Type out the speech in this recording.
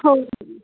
हो